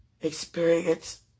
experience